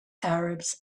arabs